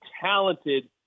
talented